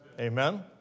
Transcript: Amen